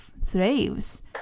slaves